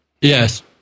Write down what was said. Yes